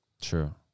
True